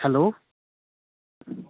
hello